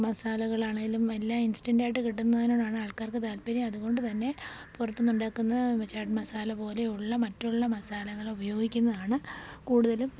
മസാലകളാണേലും എല്ലാം ഇൻസ്റ്റൻറ്റായിട്ട് കിട്ടുന്നതിനോടാണ് ആൾക്കാർക്ക് താല്പര്യം അതുകൊണ്ടു തന്നെ പുറത്തുന്നുണ്ടാക്കുന്ന ചാറ്റ് മസാല പോലെ ഉള്ള മറ്റുള്ള മസാലകളുപയോഗിക്കുന്നതാണ് കൂടുതലും